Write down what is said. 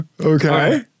okay